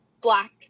black